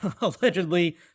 allegedly